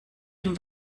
dem